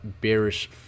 bearish